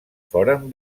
foren